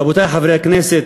רבותי חברי הכנסת,